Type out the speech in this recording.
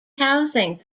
housing